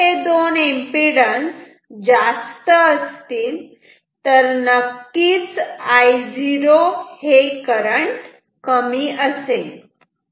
जर हे दोन एम्पिडन्स जास्त असतील तर नक्कीच I0 हे करंट कमी असेल